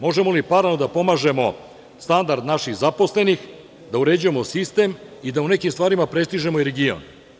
Možemo li paralelno da pomažemo standard naših zaposlenih, da uređujemo sistem i da u nekim stvarima prestižemo i region.